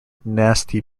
nasty